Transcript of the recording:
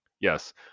yes